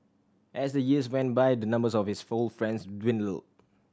as the years went by the numbers of his four friends dwindled